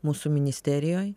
mūsų ministerijoj